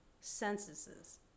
censuses